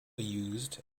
used